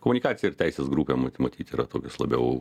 komunikacija ir teisės grupė ma matyt yra tokios labiau